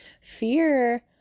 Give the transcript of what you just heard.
fear